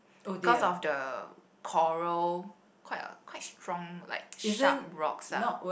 cause of the coral quite quite strong like sharp rocks ah